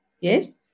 Yes